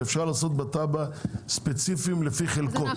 ואפשר לעשות בתב"ע ספציפיים לפי חלקות.